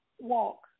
Walk